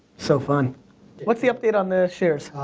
so fun what's the update on the shares?